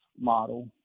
model